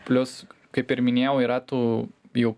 plius kaip ir minėjau yra tų jau